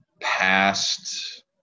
past